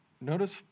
notice